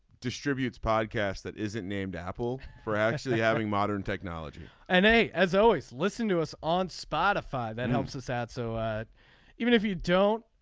distributes podcast that isn't named apple for actually having modern technology. and as always listen to us on spotify and helps us out. so even if you don't